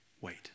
wait